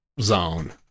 zone